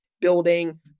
building